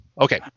Okay